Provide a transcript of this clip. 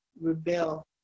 rebel